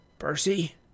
Percy